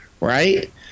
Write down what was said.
right